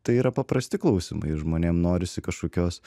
tai yra paprasti klausimai žmonėm norisi kažkokios